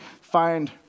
find